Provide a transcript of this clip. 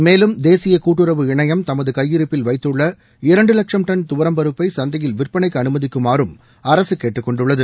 மேலும் தேசிய கூட்டுறவு இணையம் தமது கையிருப்பில் வைத்துள்ள இரண்டு வட்சம் டன் துவரம்பருப்பை சந்தையில் விற்பனைக்கு அனுமதிக்குமாறும் அரசு கேட்டுக்கொண்டுள்ளது